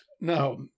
Now